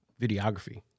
videography